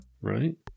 Right